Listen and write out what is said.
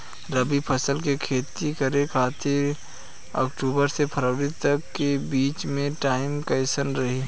रबी फसल के खेती करे खातिर अक्तूबर से फरवरी तक के बीच मे टाइम कैसन रही?